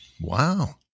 Wow